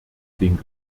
den